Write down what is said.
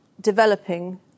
developing